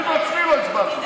אני בעצמי לא הצבעתי.